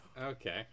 Okay